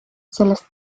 sellest